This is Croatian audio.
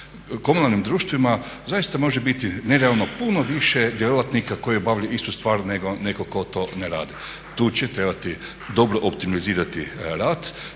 komunalnim društvima zaista može biti nerealno puno više djelatnika koji obavljaju istu stvar nego netko to ne radi. Tu će trebati dobro optimizirati rad